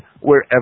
wherever